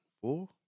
Four